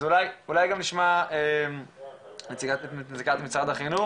אז אולי גם נשמע את נציגת משרד החינוך,